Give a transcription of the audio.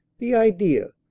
the idea!